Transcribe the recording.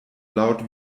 laut